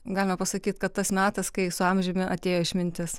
galime pasakyt kad tas metas kai su amžiumi atėjo išmintis